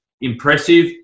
impressive